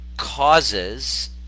causes